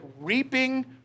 reaping